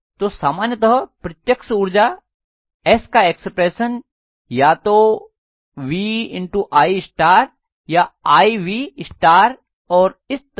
तो सामान्यतः प्रत्यक्ष ऊर्जा S का एक्सप्रेशन या तो V I या IV और इसी तरह